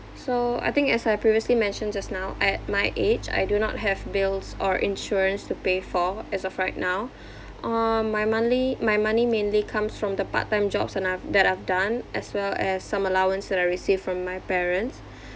so I think as I previously mentioned just now at my age I do not have bills or insurance to pay for as of right now um my monthly my money mainly comes from the part-time jobs and I've that I've done as well as some allowance that I receive from my parents